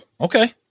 Okay